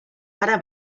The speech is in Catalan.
ara